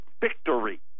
victory